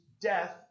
death